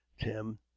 Tim